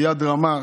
ביד רמה.